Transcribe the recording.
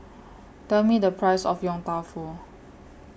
Tell Me The Price of Yong Tau Foo